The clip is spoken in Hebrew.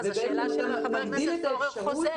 אבל השאלה של חבר הכנסת פורר עדיין עומדת